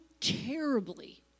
terribly